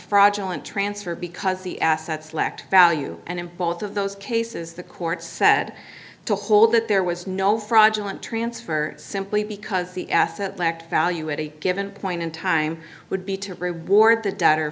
fraudulent transfer because the assets lacked value and in both of those cases the court said to hold that there was no fraudulent transfer simply because the asset lacked value at a given point in time would be to reward th